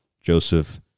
Joseph